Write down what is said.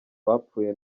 bapfuye